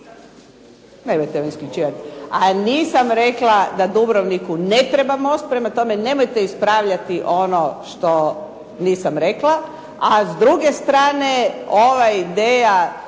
a nisam rekla da Dubrovniku ne treba most. Prema tome nemojte ispravljati ono što nisam rekla, a s druge strane ova ideja